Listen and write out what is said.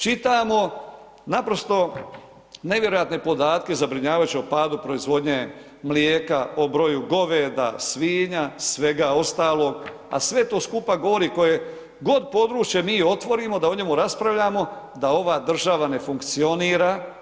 Čitamo naprosto nevjerojatne podatke o zabrinjavajućem padu proizvodnje mlijeka, o broju goveda, svinja, svega ostalog, a sve to skupa govori koje god mi područje otvorimo da o njima raspravljamo da ova država ne funkcionira.